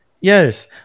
Yes